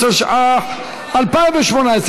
התשע"ח 2018,